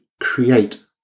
create